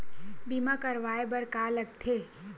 बीमा करवाय बर का का लगथे?